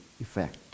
effect